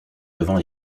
devant